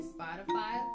Spotify